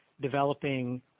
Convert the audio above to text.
developing